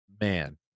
man